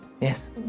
Yes